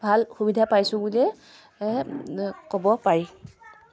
ভাল সুবিধা পাইছোঁ বুলিয়ে ক'ব পাৰি